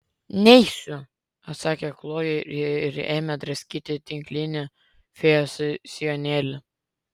neisiu atsakė kloja ir ėmė draskyti tinklinį fėjos sijonėlį